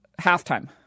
halftime